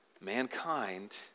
Mankind